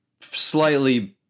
slightly